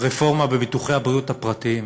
רפורמה בביטוחי הבריאות הפרטיים.